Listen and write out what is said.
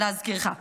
להזכירך.